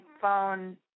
phone